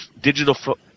digital